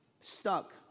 stuck